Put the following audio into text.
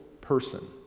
person